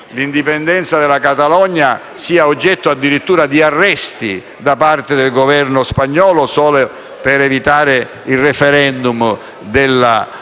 l'indipendenza della Catalogna, sia oggetto addirittura di arresti da parte del Governo spagnolo, solo per evitare il *referendum* sulla separazione